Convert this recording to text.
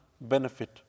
benefit